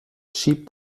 schiebt